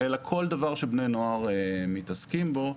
אלא כל דבר שבני נוער מתעסקים בו.